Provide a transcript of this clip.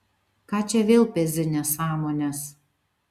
ką čia vėl pezi nesąmones